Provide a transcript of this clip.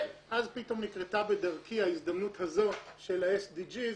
ואז פתאום נקרתה בדרכי ההזדמנות הזו של ה-SDGs,